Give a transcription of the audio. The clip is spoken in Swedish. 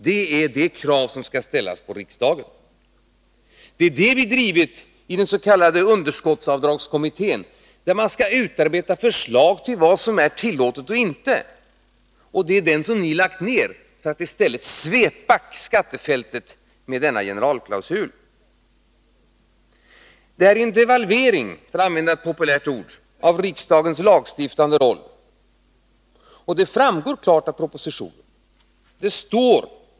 Det är det krav som skall ställas på riksdagen. Det är det krav vi har drivit i den s.k. underskottsavdragskommittén, där man skall utarbeta förslag till vad som är tillåtet och inte. Det är den som ni lagt ner, för att i stället svepa skattefältet med denna generalklausul. Detta är en devalvering — för att använda ett populärt ord — av riksdagens lagstiftande roll, och det framgår klart av propositionen.